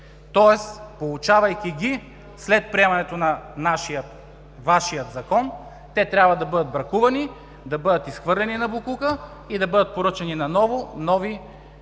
Тоест получавайки ги, след приемането на нашия – Вашия Закон, те трябва да бъдат бракувани, да бъдат изхвърлени на боклука и да бъдат поръчани наново нови